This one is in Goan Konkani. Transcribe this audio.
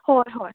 हय हय